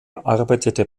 arbeitete